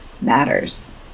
matters